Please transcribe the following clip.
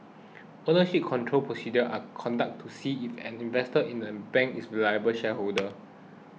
ownership control procedures are conducted to see if an investor in a bank is a reliable shareholder